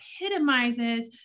epitomizes